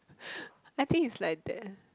I think it's like that eh